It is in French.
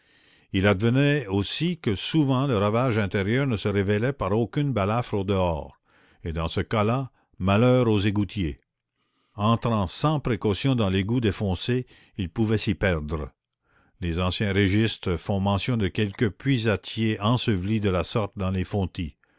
il advenait aussi que souvent le ravage intérieur ne se révélait par aucune balafre au dehors et dans ce cas-là malheur aux égoutiers entrant sans précaution dans l'égout défoncé ils pouvaient s'y perdre les anciens registres font mention de quelques puisatiers ensevelis de la sorte dans les fontis